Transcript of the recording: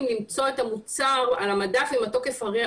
למצוא את המוצר על המדף עם התוקף הכי ארוך.